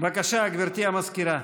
בבקשה, גברתי המזכירה.